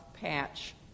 patch